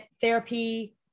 therapy